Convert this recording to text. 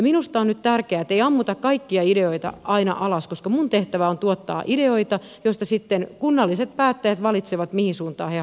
minusta on nyt tärkeää ettei ammuta kaikkia ideoita aina alas koska minun tehtäväni on tuottaa ideoita joista sitten kunnalliset päättäjät valitsevat mihin suuntaan he haluavat lähteä